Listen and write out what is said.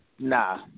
Nah